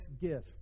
gift